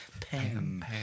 Pam